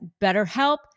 BetterHelp